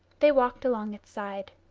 they walked along its side.